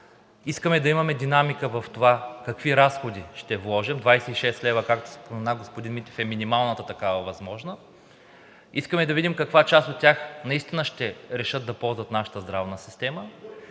Искаме да имаме динамика в това какви разходи ще вложим – 26 лв., както спомена господин Митев, е минималната такава възможна, искаме да видим каква част от тях наистина ще решат да ползват нашата здравна система